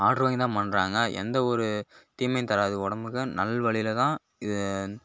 order வாங்கி தான் பண்ணுறாங்க எந்த ஒரு தீமையும் தராது உடம்புக்கு நல் வழியில் தான் இது